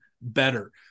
better